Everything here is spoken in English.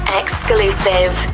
exclusive